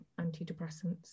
antidepressants